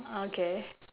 okay